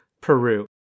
Peru